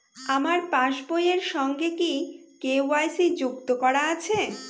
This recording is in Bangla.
আমার পাসবই এর সঙ্গে কি কে.ওয়াই.সি যুক্ত করা আছে?